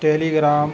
tele gram